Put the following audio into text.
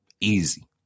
Easy